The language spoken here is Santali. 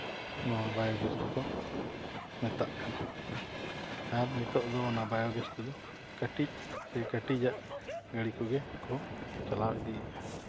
ᱱᱚᱣᱟ ᱵᱟᱭᱳᱜᱮᱥ ᱫᱚᱠᱚ ᱢᱮᱛᱟᱜ ᱠᱟᱱᱟ ᱟᱨ ᱱᱤᱛᱚᱜ ᱫᱚ ᱚᱱᱟ ᱵᱟᱭᱳᱜᱮᱥ ᱛᱮᱫᱚ ᱠᱟᱹᱴᱤᱡ ᱠᱟᱹᱴᱤᱡ ᱟᱜᱜᱟᱹᱲᱤ ᱠᱚᱜᱮ ᱠᱚ ᱪᱟᱞᱟᱣ ᱤᱫᱤᱭᱮᱫᱼᱟ